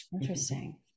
interesting